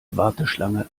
warteschlange